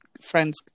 friends